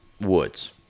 Woods